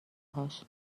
هاش